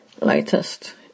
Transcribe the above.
latest